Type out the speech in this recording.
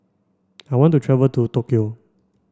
I want to travel to Tokyo